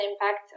impact